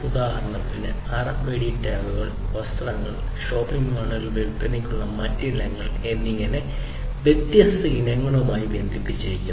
ഉദാഹരണത്തിന് RFID ടാഗുകൾ വസ്ത്രങ്ങൾ ഷോപ്പിംഗ് മാളുകളിൽ വിൽപ്പനയ്ക്കുള്ള മറ്റ് ഇനങ്ങൾ എന്നിങ്ങനെ വ്യത്യസ്ത ഇനങ്ങളുമായി ബന്ധിപ്പിച്ചിരിക്കുന്നു